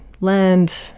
land